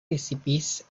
recipes